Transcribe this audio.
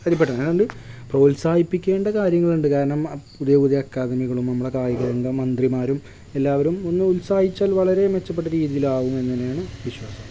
അതിൽ പെട്ടതു കൊണ്ട് അതു കൊണ്ട് പ്രോത്സാഹിപ്പിക്കേണ്ട കാര്യങ്ങളുണ്ട് കാരണം അം പുതിയ പുതിയ ആക്കാദമികളും നമ്മളുടെ കായിക രംഗം മന്ത്രിമാരും എല്ലാവരും ഒന്നുത്സാഹിച്ചാല് വളരെ മെച്ചപ്പെട്ട രീതിയിലാകും എന്നു തന്നെയാണ് വിശ്വാസം